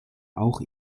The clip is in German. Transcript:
auch